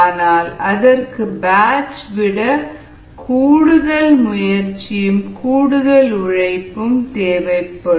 ஆனால் அதற்கு பேட்ச் விட கூடுதல் முயற்சியும் கூடுதல் உழைப்பும் தேவைப்படும்